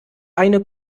eine